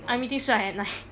I'm meeting shi ai at night